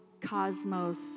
cosmos